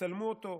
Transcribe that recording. תצלמו אותו,